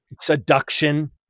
Seduction